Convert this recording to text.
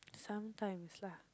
sometimes lah